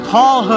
Paul